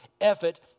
effort